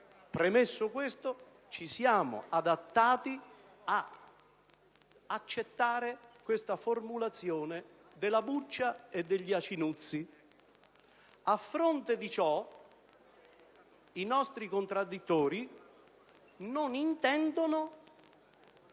e Governi, ci siamo adattati ad accettare questa formulazione della buccia e degli acinuzzi. A fronte di ciò, i nostri contraddittori non intendono,